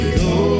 go